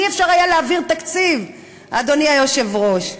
אי-אפשר היה להעביר תקציב, אדוני היושב-ראש.